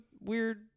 weird